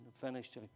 finished